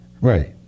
Right